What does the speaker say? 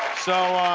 so,